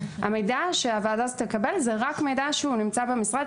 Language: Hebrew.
המידע שהוועדה הזו תקבל זה רק מידע שנמצא במשרד,